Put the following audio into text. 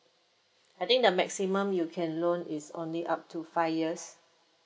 I think the maximum you can loan is only up to five years